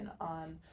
on